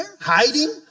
Hiding